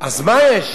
אז מה יש?